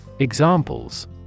Examples